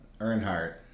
Earnhardt